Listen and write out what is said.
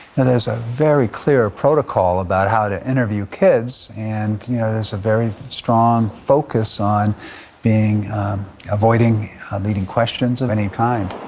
there's a very clear protocol about how to interview kids. and you know there's a very strong focus on avoiding leading questions of any kind.